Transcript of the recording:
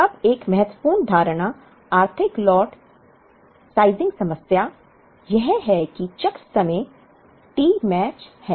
अब एक महत्वपूर्ण धारणा आर्थिक लॉट साइज़िंग समस्या यह है कि चक्र समय T मैच है